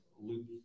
loop